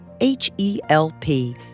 H-E-L-P